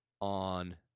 on